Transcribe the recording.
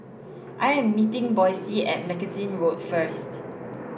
I am meeting Boysie at Mackenzie Road first